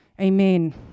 amen